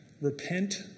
repent